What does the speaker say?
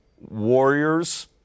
Warriors